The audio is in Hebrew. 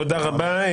תודה רבה.